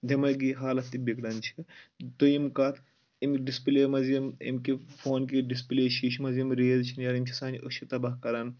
دِماغی حالت تہِ بِگڑان چھِ دوٚیِم کَتھ اَمِکۍ ڈِسپٕلے منٛز یِم امہِ کہِ فون کہِ ڈِسپٕلے چھِ یہِ چھِ منٛز یِم ریز چھِ سانہِ أچھِ تَباہ کران